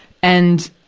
and,